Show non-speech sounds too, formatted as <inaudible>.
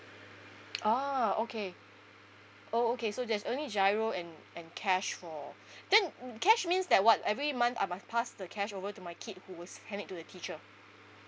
ah okay oh okay so there's only giro and and cash for <breath> then mm cash means that what every month I must pass the cash over to my kid who will hand it to the teacher